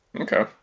Okay